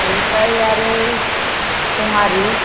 बिनिफ्राय आरो थङारि